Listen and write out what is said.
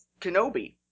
Kenobi